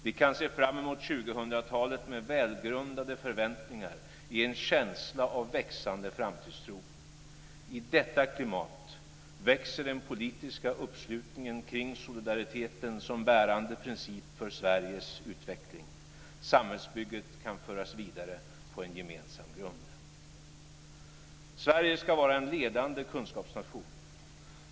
Vi kan se fram emot 2000-talet med välgrundade förväntningar, i en känsla av växande framtidstro. I detta klimat växer den politiska uppslutningen kring solidariteten som bärande princip för Sveriges utveckling. Samhällsbygget kan föras vidare på en gemensam grund. Sverige ska vara en ledande kunskapsnation.